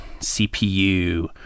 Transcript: CPU